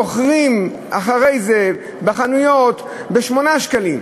מוכרים אחרי זה בחנויות ב-8 שקלים.